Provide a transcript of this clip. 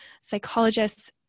psychologists